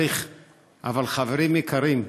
אבל חברים יקרים,